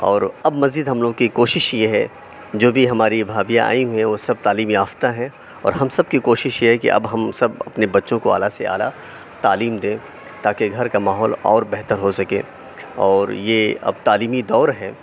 اور اب مزید ہم لوگوں کی کوشش یہ ہے جو بھی ہماری بھابھیاں آئی ہوئی ہیں وہ سب تعلیم یافتہ ہیں اور ہم سب کی کوشش یہ ہے کہ اب ہم سب اپنے بچوں کو اعلیٰ سے اعلیٰ تعلیم دیں تاکہ گھر کا ماحول اور بہتر ہو سکے اور یہ اب تعلیمی دور ہے